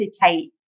hesitate